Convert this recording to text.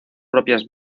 propias